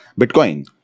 Bitcoin